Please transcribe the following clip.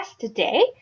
today